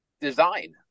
design